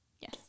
Yes